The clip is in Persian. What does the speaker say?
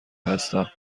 هستم